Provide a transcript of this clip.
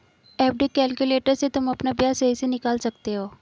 FD calculator से तुम अपना ब्याज सही से निकाल सकते हो